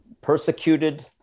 persecuted